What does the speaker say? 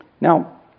Now